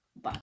Bye